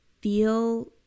Feel